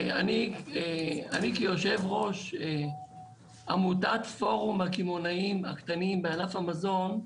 אני כיושב-ראש עמותת פורום הקמעונאים הקטנים בענף המזון,